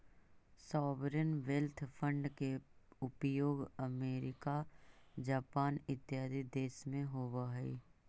sovereign wealth fund के उपयोग America Japan इत्यादि देश में होवऽ हई